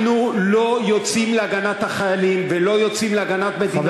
אנחנו לא יוצאים להגנת החיילים ולא יוצאים להגנת מדינת ישראל,